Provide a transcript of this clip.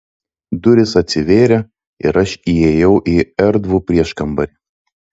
durys atsivėrė ir aš įėjau į erdvų prieškambarį